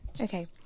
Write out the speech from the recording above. Okay